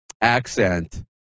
accent